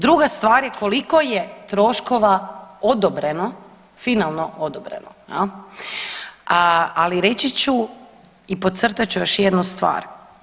Druga stvar je koliko je troškova odobreno, finalno odobreno jel, a, ali reći ću i podcrtat ću još jednu stvar.